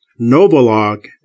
Novolog